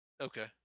Okay